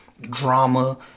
drama